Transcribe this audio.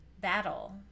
battle